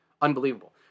Unbelievable